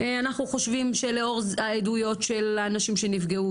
אנחנו חושבים שלאור העדויות של הנשים שנפגעו,